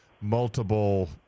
multiple